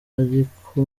ariko